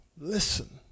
Listen